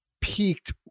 peaked